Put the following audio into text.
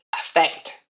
affect